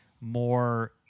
more